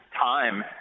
time